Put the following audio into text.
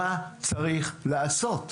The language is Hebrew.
מה צריך לעשות?